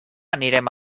anirem